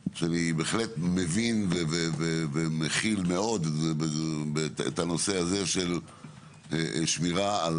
שאני בהחלט מבין ומכיל מאוד את הנושא הזה של שמירה על